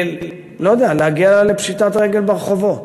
לא יודע, להגיע לפשיטת רגל ברחובות.